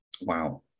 Wow